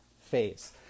phase